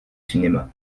cinéma